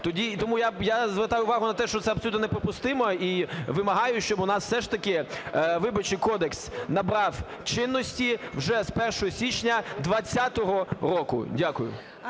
Тому я звертаю увагу на те, що це абсолютно неприпустимо і вимагаю, щоб у нас все ж таки Виборчий кодекс набрав чинності вже з 1 січня 2020 року. Дякую.